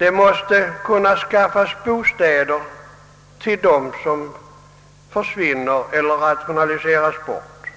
Man måste skaffa bostäder till dem som försvinner eller rationaliseras bort,